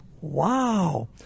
Wow